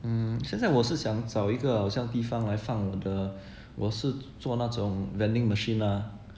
mm 现在我是想找一个好像地方来放我的我是做那种 vending machine ah